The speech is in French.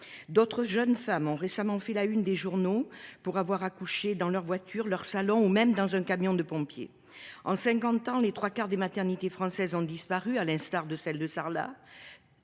D’autres jeunes mamans ont récemment fait la une des journaux pour avoir accouché dans leur voiture, dans leur salon, voire dans un camion de pompiers. En cinquante ans, les trois quarts des maternités françaises ont disparu, à l’instar de celle de Sarlat,